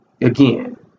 again